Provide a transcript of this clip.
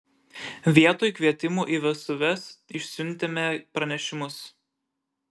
vietoj kvietimų į vestuves išsiuntėme pranešimus